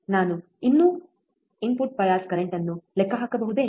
ನಾನು ಇನ್ನೂ input bias current ಅನ್ನು ಲೆಕ್ಕ ಹಾಕಬಹುದೇ